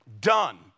Done